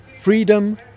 freedom